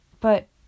But